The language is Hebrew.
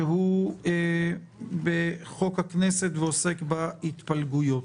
שהוא בחוק הכנסת ועוסק בהתפלגויות.